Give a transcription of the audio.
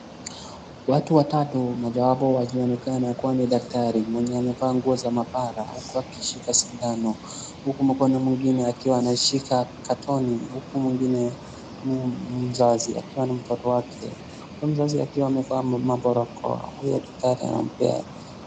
Watu watatu mojawapo akionekana kuwa ni dakatari mwenye amevaa nguo za maabara huku akishika sindano. Huku mkono mwingine akiwa anashika katoni huku mwingine ni mzazi akiwa na mtoto wake. Huyo mzazi akiwa amevaa barakoa, huyo daktari anampea.